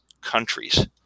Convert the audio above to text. countries